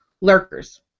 lurkers